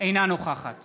אינה נוכחת